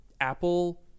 Apple